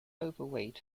overweight